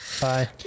Bye